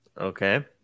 Okay